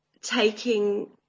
taking